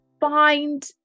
find